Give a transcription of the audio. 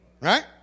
Right